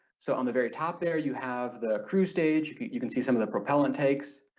so on the very top there you have the cruise stage, you can see some of the propellant takes,